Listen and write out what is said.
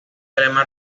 alemán